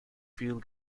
field